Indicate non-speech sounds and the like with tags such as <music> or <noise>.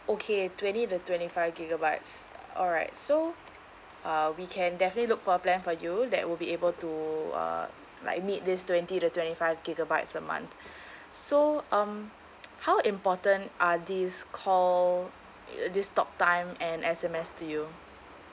okay twenty to twenty five gigabytes alright so uh we can definitely look for a plan for you that will be able to uh like meet this twenty to twenty five gigabytes a month <breath> so um how important are this call uh this talk time and S_M_S to you